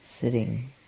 sitting